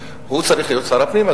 אני חושב שהקשר בין שני הקווים ברור,